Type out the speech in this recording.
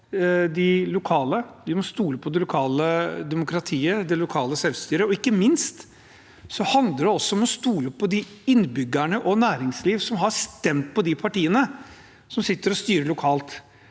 vi må stole på det lokale demokratiet og det lokale selvstyret. Ikke minst handler det om å stole på de innbyggerne, også i næringslivet, som har stemt på de partiene som sitter og styrer lokalt,